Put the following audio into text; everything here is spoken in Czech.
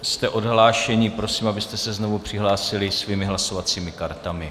Jste odhlášeni, prosím, abyste se znovu přihlásili svými hlasovacími kartami.